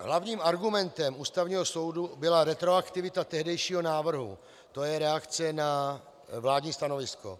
Hlavním argumentem Ústavního soudu byla retroaktivita tehdejšího návrhu, to je reakce na vládní stanovisko.